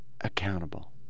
accountable